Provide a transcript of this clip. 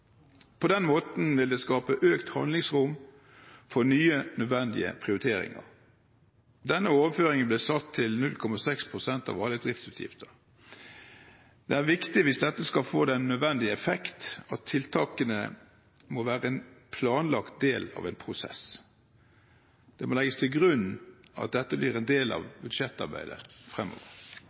På den måten vil det skape økt handlingsrom for nye nødvendige prioriteringer. Denne overføringen ble satt til 0,6 pst. av alle driftsutgifter. Det er viktig hvis dette skal få den nødvendige effekt, at tiltakene må være en planlagt del av en prosess. Det må legges til grunn at dette blir en del av budsjettarbeidet fremover.